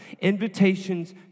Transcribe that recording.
Invitations